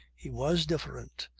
he was different.